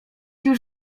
już